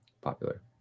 popular